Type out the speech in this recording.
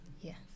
yes